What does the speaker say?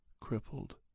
crippled